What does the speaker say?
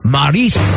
Maris